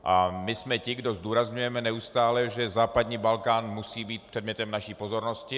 A my jsme ti, kdo zdůrazňujeme neustále, že západní Balkán musí být předmětem naší pozornosti.